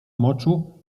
moczu